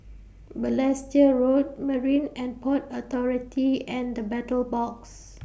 Balestier Road Marine and Port Authority and The Battle Box